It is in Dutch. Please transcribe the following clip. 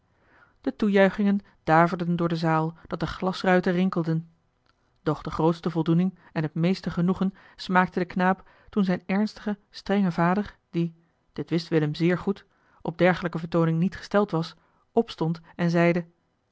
de toejuichingen daverden door de zaal dat de glasruiten rinkelden doch de grootste voldoening en t meeste genoegen smaakte de knaap toen zijn ernstige strenge vader die dit wist willem zeer goed op dergelijke vertooning niet gesteld was opstond en zeide